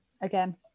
again